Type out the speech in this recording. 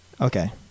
Okay